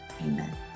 amen